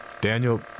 Daniel